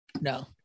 no